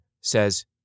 says